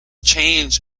change